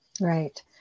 right